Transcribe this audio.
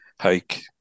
hike